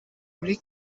muri